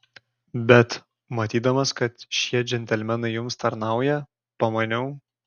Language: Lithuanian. bet matydamas kad šie džentelmenai jums tarnauja pamaniau